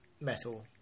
metal